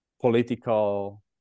political